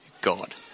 god